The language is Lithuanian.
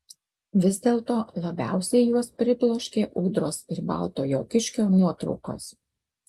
vis dėlto labiausiai juos pribloškė ūdros ir baltojo kiškio nuotraukos